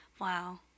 Wow